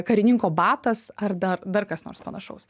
karininko batas ar dar dar kas nors panašaus